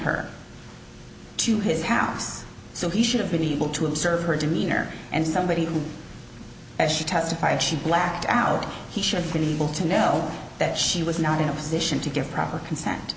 her to his house so he should have been able to observe her demeanor and somebody as she testified she blacked out he should be able to know that she was not in a position to give proper consent